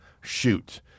shoot